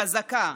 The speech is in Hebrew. חזקה,